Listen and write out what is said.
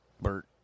Bert